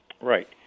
Right